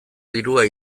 dirua